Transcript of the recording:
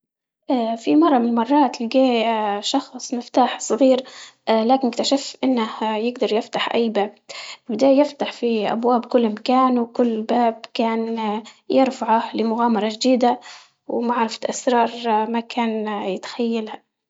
في كرة من المرات لقى شخص مفتاح صغير لكن اكتشف إنه يقدر يفتح أي باب، بدا يفتح فيه أبواب كلهم كانوا كل باب كان يرفعه لمغامرة جديدة ومعرفة أسرار ما كان يتخيلها.